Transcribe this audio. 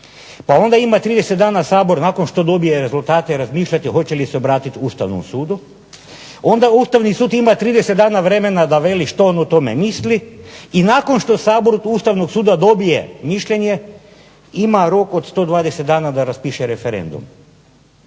Pa onda ima 30 dana Sabor nakon što dobije rezultate razmišljati hoće li se obratiti Ustavnom sudu. Onda Ustavni sud ima 30 dana vremena da veli što on o tome misli. I nakon što Sabor od Ustavnog suda dobije mišljenje ima rok od 120 dana da raspiše referendum